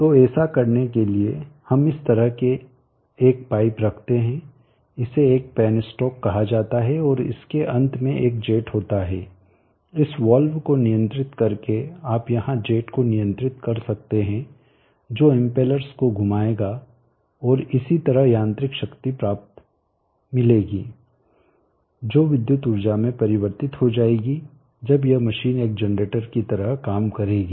तो ऐसा करने के लिए हम इस तरह से एक पाइप रखते हैं इसे एक पेनस्टॉक कहा जाता है और इसके अंत में एक जेट होता है इस वाल्व को नियंत्रित करके आप यहां जेट को नियंत्रित कर सकते हैं जो इम्पेलर्स को घुमाएगा और इसी तरह यांत्रिक शक्ति प्राप्त मिलेगी जो विद्युत में परिवर्तित हो जाएगी जब यह मशीन एक जनरेटर की तरह काम करेगी